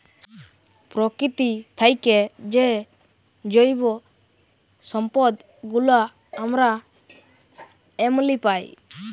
পকিতি থ্যাইকে যে জৈব সম্পদ গুলা আমরা এমলি পায়